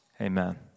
Amen